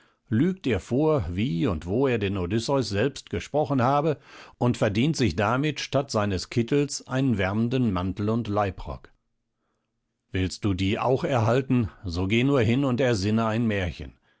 lügt ihr vor wie und wo er den odysseus selbst gesprochen habe und verdient sich damit statt seines kittels einen wärmenden mantel und leibrock willst du die auch erhalten so geh nur hin und ersinne ein märchen